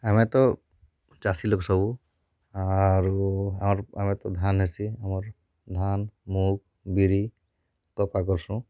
ଆମେ ତ ଚାଷୀ ଲୋକ୍ ସବୁ ଆରୁ ଆମର୍ ଆମେ ତ ଧାନ୍ ହେସି ଆମର୍ ଧାନ୍ ମୁଗ୍ ବିରି କପା କର୍ସୁଁ